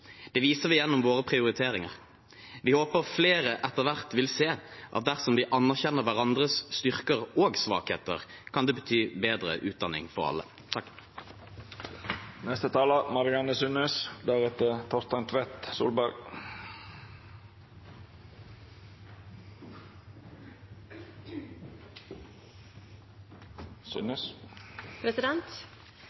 Det viser vi gjennom våre prioriteringer. Vi håper flere etter hvert vil se at dersom vi anerkjenner hverandres styrker og svakheter, kan det bety bedre utdanning for alle.